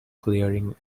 clearing